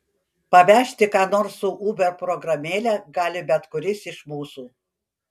pavežti ką nors su uber programėle gali bet kuris iš mūsų